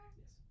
Yes